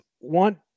want